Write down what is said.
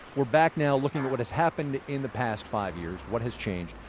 we're back now looking at what has happened in the past five years, what has changed.